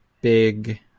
big –